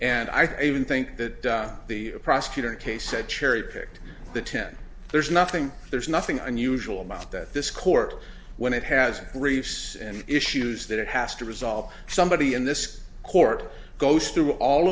think even think that the prosecutor kay said cherry picked the ten there's nothing there's nothing unusual about that this court when it has briefs and issues that it has to resolve somebody in this court goes through all